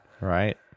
Right